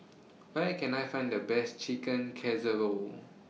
Where Can I Find The Best Chicken Casserole